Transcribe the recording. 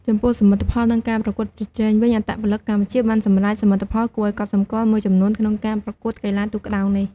ចំពោះសមិទ្ធផល និងការប្រកួតប្រជែងវិញ អត្តពលិកកម្ពុជាបានសម្រេចសមិទ្ធផលគួរឲ្យកត់សម្គាល់មួយចំនួនក្នុងការប្រកួតកីឡាទូកក្ដោងនេះ។